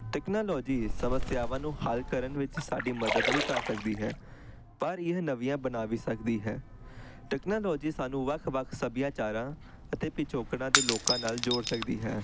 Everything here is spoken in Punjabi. ਤੈਕਨਾਲੋਜੀ ਸਮੱਸਿਆਵਾਂ ਨੂੰ ਹੱਲ ਕਰਨ ਵਿੱਚ ਸਾਡੀ ਮਦਦ ਵੀ ਕਰ ਸਕਦੀ ਹੈ ਪਰ ਇਹ ਨਵੀਆਂ ਬਣਾ ਵੀ ਸਕਦੀ ਹੈ ਟੈਕਨਾਲੋਜੀ ਸਾਨੂੰ ਵੱਖ ਵੱਖ ਸੱਭਿਆਚਾਰਾਂ ਅਤੇ ਪਿਛੋਕੜਾਂ ਦੇ ਲੋਕਾਂ ਨਾਲ ਜੋੜ ਸਕਦੀ ਹੈ